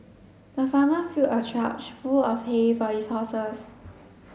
the farmer filled a trough full of hay for his horses